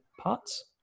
parts